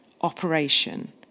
operation